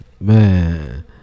Man